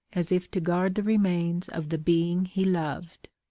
as if to guard the remains of the being he loved.